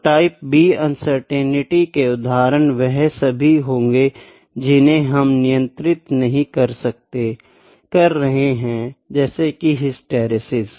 तो type B uncertainty के उदहारण वह सभी होंगे जिन्हें हम नियंत्रित नहीं कर रहे हैं जैसे की हिस्टैरिसीस